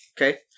Okay